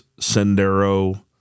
Sendero